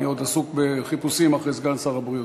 אני עוד עסוק בחיפושים אחרי סגן שר הבריאות.